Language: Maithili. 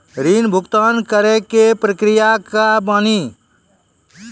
ऋण भुगतान करे के प्रक्रिया का बानी?